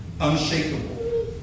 unshakable